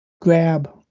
grab